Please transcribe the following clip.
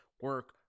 Work